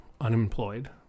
unemployed